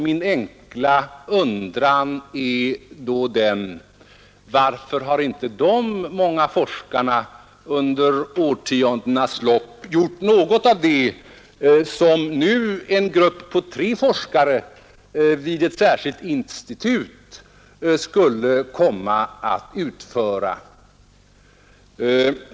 Min enkla undran är då: Varför har inte dessa många forskare under årtiondenas lopp gjort något av det som nu en grupp på tre forskare vid ett särskilt institut skulle kunna utföra?